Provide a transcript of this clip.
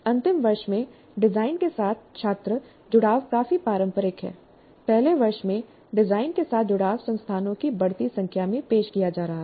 अंतिम वर्ष में डिजाइन के साथ छात्र जुड़ाव काफी पारंपरिक है पहले वर्ष में डिजाइन के साथ जुड़ाव संस्थानों की बढ़ती संख्या में पेश किया जा रहा है